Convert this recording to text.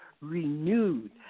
renewed